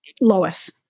Lois